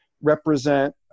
represent